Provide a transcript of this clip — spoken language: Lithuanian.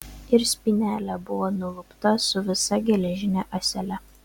ir spynelė buvo nulupta su visa geležine ąsele